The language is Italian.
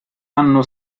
anno